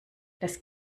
das